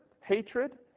hatred